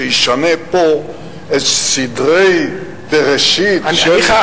שישנה פה את סדרי בראשית של מדינת ישראל,